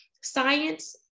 science